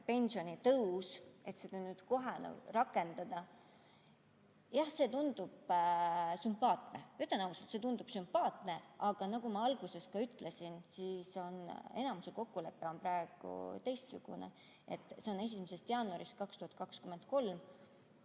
pensionitõus, et seda nüüd kohe rakendada – jah, see tundub sümpaatne. Ütlen ausalt, see tundub sümpaatne, aga nagu ma alguses ütlesin, siis enamuse kokkulepe on praegu teistsugune – see on 1. jaanuarist 2023.